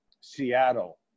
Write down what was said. Seattle